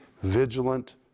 vigilant